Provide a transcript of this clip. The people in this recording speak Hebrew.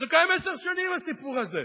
זה קיים עשר שנים, הסיפור הזה.